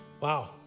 Wow